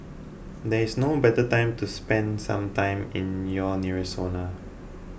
there is no better time to spend some time in your nearest sauna